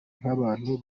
nk’abantu